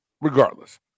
regardless